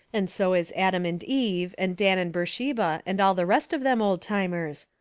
and so is adam and eve and dan and burrsheba and all the rest of them old-timers.